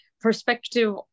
perspective